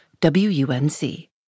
WUNC